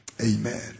Amen